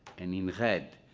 and in red,